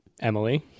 Emily